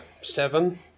seven